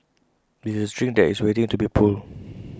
this is A string that is waiting to be pulled